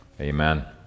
Amen